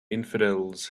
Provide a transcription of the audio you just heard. infidels